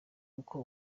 uko